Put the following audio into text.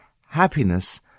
Happiness